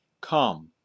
Come